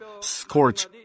scorch